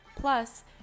Plus